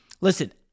listen